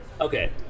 Okay